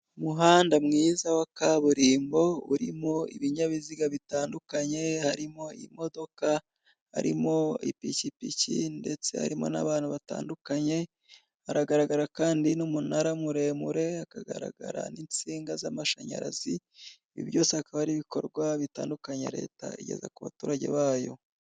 Umuhanda mwiza wa kaburimbo urimo ibinyabiziga bitandukanye, harimo imodoka, harimo ipikipiki, ndetse harimo n'abantu batandukanye. Haragaragara kandi n'umunara muremure, hakagaragara insinga z'amashanyarazi, ibi byose bikaba ari ibikorwa bitandukanye leta igeza ku baturage bayo.